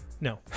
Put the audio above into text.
No